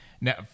Now